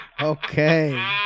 Okay